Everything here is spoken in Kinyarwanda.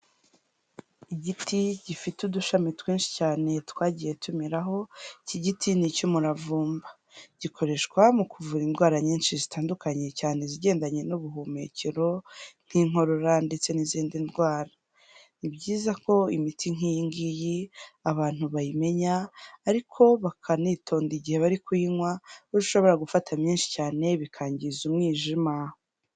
Igiti gifite udushami twinshi cyane twagiye tumeraho, iki giti n'icy'umuvumba, gikoreshwa mu kuvura indwara nyinshi zitandukanye, cyane izigendanye n'ubuhumekero nk'inkorora ndetse n'izindi ndwara, ni byiza ko imiti nk'iyi ngiyi abantu bayimenya ariko bakanitonda igihe bari kuyinywa, kuko ushobora gufata byinshi cyane bikangiza umwijima.